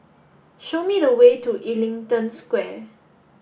show me the way to Ellington Square